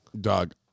Dog